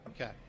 Okay